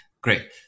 Great